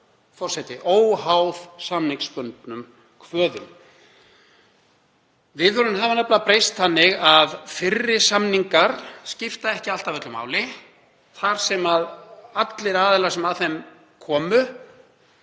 Forseti. Óháð samningsbundnum kvöðum. Viðhorfin hafa nefnilega breyst þannig að fyrri samningar skipta ekki alltaf öllu máli þar sem allir aðilar sem að þeim komu